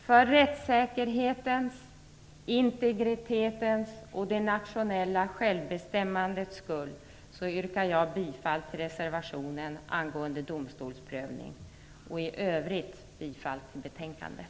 För rättssäkerhetens, integritetens och det nationella självbestämmandets skull yrkar jag bifall till reservationen angående domstolsprövning och i övrigt bifall till hemställan i betänkandet.